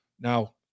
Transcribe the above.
Now